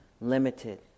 limited